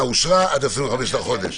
הכי